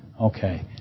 Okay